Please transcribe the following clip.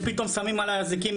הם פתאום שמי עליי אזיקים,